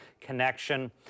Connection